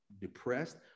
depressed